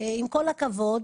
עם כל הכבוד,